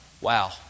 Wow